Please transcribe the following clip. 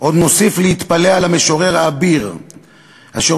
"עוד נוסיף להתפלא על המשורר האביר אשר